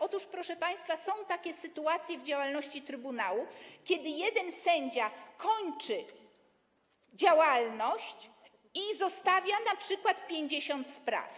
Otóż, proszę państwa, są takie sytuacje w działalności trybunału, kiedy jeden sędzia kończy działalność i zostawia np. 50 spraw.